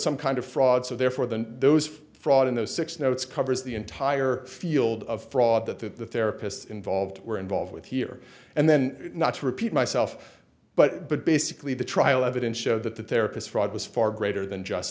some kind of fraud so therefore than those fraud in those six notes covers the entire field of fraud that that the therapists involved were involved with here and then not to repeat myself but basically the trial evidence showed that the therapist fraud was far greater than just